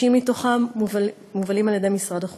ו-60 מהם מובלים על-ידי משרד החוץ.